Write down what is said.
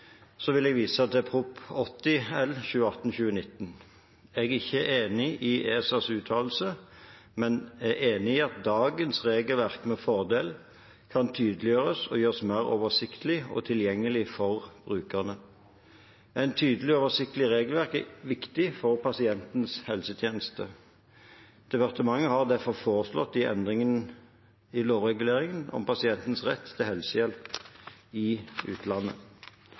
vil jeg vise til Prop. 80 L for 2018–2019. Jeg er ikke enig i ESAs uttalelse, men er enig i at dagens regelverk med fordel kan tydeliggjøres og gjøres mer oversiktlig og tilgjengelig for brukerne. Et tydelig og oversiktlig regelverk er viktig for pasientens helsetjeneste. Departementet har derfor foreslått endringer i lovreglene om pasientens rett til helsehjelp i utlandet.